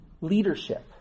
leadership